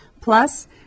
plus